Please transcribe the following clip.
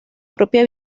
propia